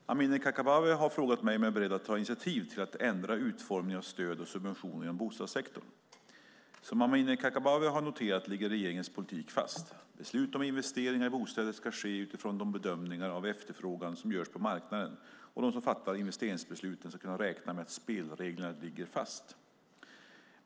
Fru talman! Amineh Kakabaveh har frågat mig om jag är beredd att ta initiativ till att ändra utformningen av stöd och subventioner inom bostadssektorn. Som Amineh Kakabaveh har noterat ligger regeringens politik fast. Beslut om investeringar i bostäder ska ske utifrån de bedömningar av efterfrågan som görs på marknaden, och de som fattar investeringsbesluten ska kunna räkna med att spelreglerna ligger fast.